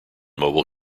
mobile